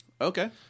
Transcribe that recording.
Okay